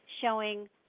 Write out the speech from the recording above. showing